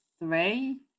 three